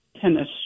tennis